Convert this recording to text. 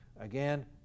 Again